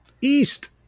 East